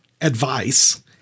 advice